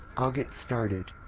i'll get started!